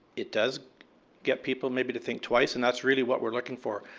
it does get people maybe to think twice and that's really what we're looking for.